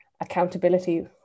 accountability